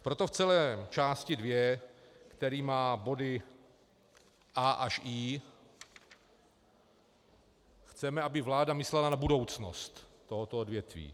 Proto v celé části dvě, která má body a) až i), chceme, aby vláda myslela na budoucnost tohoto odvětví.